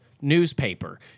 newspaper